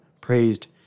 praised